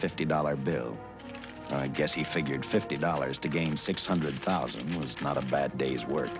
fifty dollar bill i guess he figured fifty dollars to game six hundred thousand was not a bad day's wor